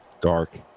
dark